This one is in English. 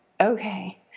okay